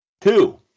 Two